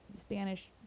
Spanish